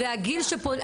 זה הגיל שפונים,